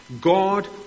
God